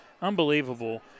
unbelievable